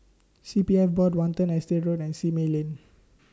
C P F Board Watten Estate Road and Simei Lane